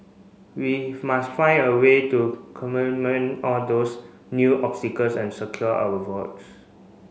we must find a way to all those new obstacles and secure our votes